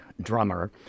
drummer